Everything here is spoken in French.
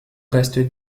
reste